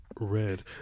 red